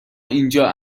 اینجا